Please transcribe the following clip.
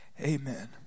Amen